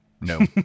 no